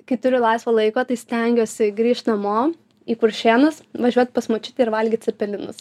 kai turiu laisvo laiko tai stengiuosi grįžt namo į kuršėnus važiuot pas močiutę ir valgyt cepelinus